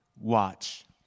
watch